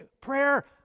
prayer